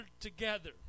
together